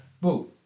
boom